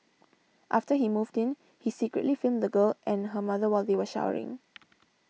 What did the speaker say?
after he moved in he secretly filmed the girl and her mother while they were showering